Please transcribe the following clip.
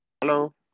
Hello